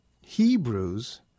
Hebrews